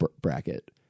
bracket